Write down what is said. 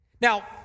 Now